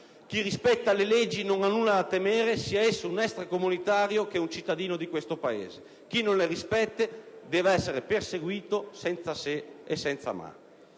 Chi rispetta le leggi non ha nulla da temere, sia esso un extracomunitario che un cittadino di questo Paese; chi non le rispetta deve essere perseguito senza se e senza ma.